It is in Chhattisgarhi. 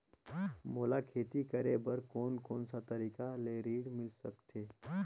मोला खेती करे बर कोन कोन सा तरीका ले ऋण मिल सकथे?